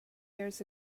years